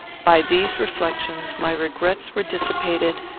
by these reflections my regrets were dissipated,